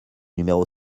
numéro